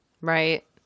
right